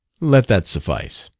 let that suffice.